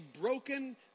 broken